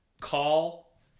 call